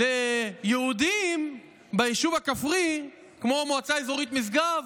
ליהודים ביישוב הכפרי, כמו המועצה האזורית משגב,